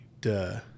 duh